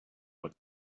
what